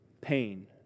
Pain